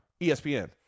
ESPN